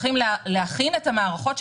צריכים להכין את המערכות שלהם,